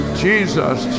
jesus